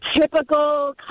typical